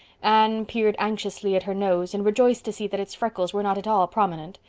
anne peered anxiously at her nose and rejoiced to see that its freckles were not at all prominent,